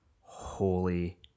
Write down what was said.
Holy